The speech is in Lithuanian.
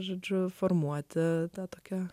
žodžiu formuota tokia